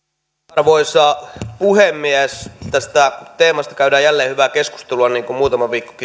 arvoisa puhemies tästä teemasta käydään jälleen hyvää keskustelua niin kuin muutama viikko